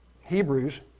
Hebrews